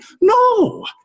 No